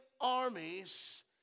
armies